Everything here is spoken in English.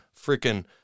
Freaking